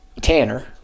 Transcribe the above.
Tanner